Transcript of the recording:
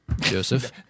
joseph